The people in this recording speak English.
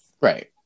right